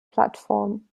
platform